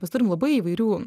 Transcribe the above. mes turim labai įvairių